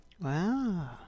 Wow